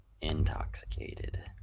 intoxicated